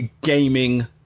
gaming